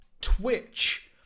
Twitch